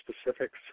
specifics